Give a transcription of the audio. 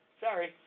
Sorry